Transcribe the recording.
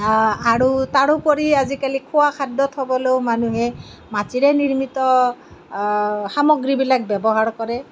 আৰু তাৰোপৰি আজিকালি খোৱা খাদ্য থ'বলৈও মানুহে মাটিৰে নিৰ্মিত সামগ্ৰীবিলাক ব্যৱহাৰ কৰে